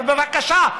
ובבקשה,